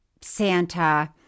Santa